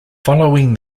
following